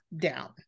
down